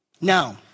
Now